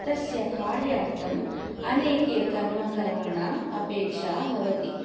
तस्य कार्यार्थम् अनेके कर्मकराणाम् अपेक्षा भवति